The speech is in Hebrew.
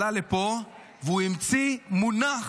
והוא המציא מונח.